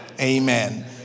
Amen